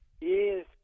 Yes